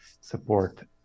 support